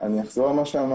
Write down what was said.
אני אחזור על מה שאמרתי.